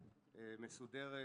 מסודרת,